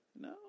No